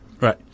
Right